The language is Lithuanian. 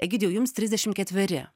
egidijau jums trisdešim ketveri